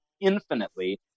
infinitely